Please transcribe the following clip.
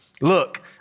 Look